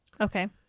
Okay